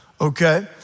okay